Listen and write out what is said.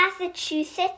Massachusetts